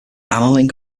annealing